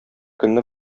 көнне